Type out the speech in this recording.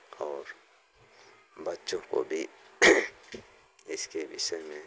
और बच्चों को भी इसके विषय में